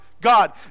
God